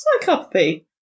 Psychopathy